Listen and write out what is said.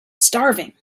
starving